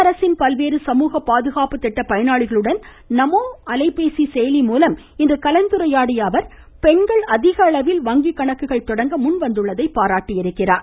மத்திய அரசின் பல்வேறு சமூக பாதுகாப்பு திட்ட பயனாளிகளுடன் நமோ அலைபேசி செயலி மூலம் இன்று கலந்துரையாடிய அவர் பெண்கள் அதிக அளவில் வங்கி கணக்குகள் துவங்க முன்வந்துள்ளதை பாராட்டியுள்ளார்